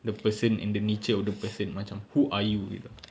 the person and the nature of the person macam who are you gitu